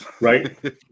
right